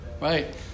Right